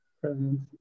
presence